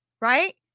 Right